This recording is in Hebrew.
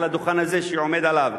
מעל הדוכן שהוא עומד עליו,